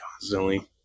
Constantly